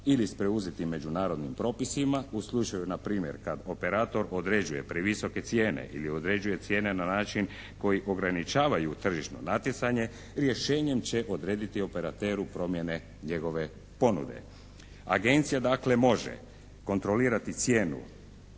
ili s preuzetim međunarodnim propisima u slučaju npr. kad operator određuje previsoke cijene ili određuje cijene na način koji ograničavaju tržišno natjecanje, rješenjem će odrediti operateru promjene njegove ponude. Agencija dakle može, kontrolirati cijenu